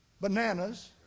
bananas